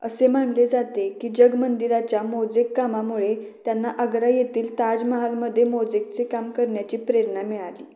असे मानले जाते की जगमंदिराच्या मोजेक कामामुळे त्यांना आग्रा येथील ताजमहालमध्ये मोजेकचे काम करण्याची प्रेरणा मिळाली